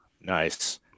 Nice